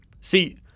see